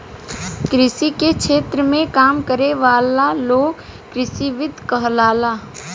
कृषि के क्षेत्र में काम करे वाला लोग कृषिविद कहाला